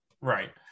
right